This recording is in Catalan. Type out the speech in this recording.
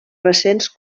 recents